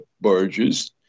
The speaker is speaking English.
barges